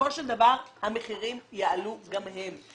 בסופו של דבר המחירים יעלו גם הם.